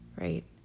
right